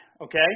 okay